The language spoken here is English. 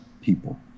people